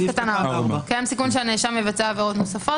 "קיים סיכון שהנאשם יבצע עבירות נוספות,